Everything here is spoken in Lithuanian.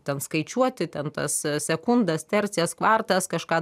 ten skaičiuoti ten tas sekundas tercijas kvartas kažką